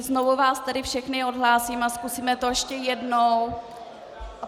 Znovu vás tedy všechny odhlásím a zkusíme to ještě jednou.